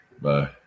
Bye